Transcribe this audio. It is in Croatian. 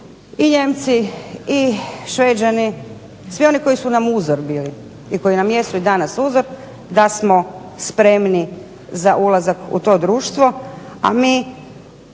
i Nijemci i Šveđani, svi oni koji su nam uzor bili i koji nam jesu i danas uzor, da smo spremni za ulazak u to društvo, a mi